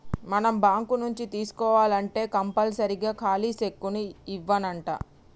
మనం బాంకు నుంచి తీసుకోవాల్నంటే కంపల్సరీగా ఖాలీ సెక్కును ఇవ్యానంటా